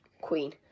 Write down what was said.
queen